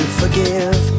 forgive